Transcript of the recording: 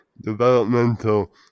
developmental